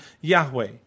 Yahweh